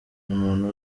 n’umuntu